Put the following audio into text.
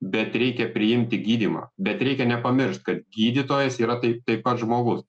bet reikia priimti gydymą bet reikia nepamiršt kad gydytojas yra taip taip pat žmogus